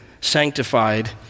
sanctified